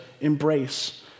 embrace